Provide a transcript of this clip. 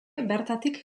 bertatik